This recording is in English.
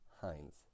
Heinz